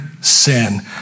sin